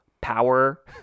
Power